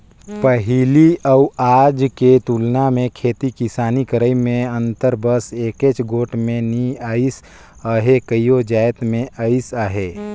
पहिली अउ आज के तुलना मे खेती किसानी करई में अंतर बस एकेच गोट में नी अइस अहे कइयो जाएत में अइस अहे